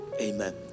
Amen